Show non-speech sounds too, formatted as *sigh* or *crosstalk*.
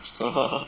*laughs*